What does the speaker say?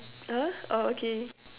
!huh! oh okay